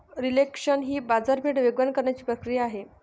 reflation ही बाजारपेठ वेगवान करण्याची प्रक्रिया आहे